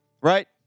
Right